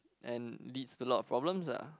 and leads to a lot of problems lah